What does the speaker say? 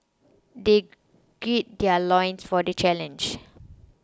they gird their loins for the challenge